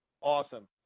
Awesome